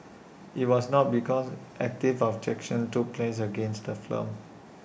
IT was not because active objection took place against the film